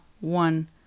one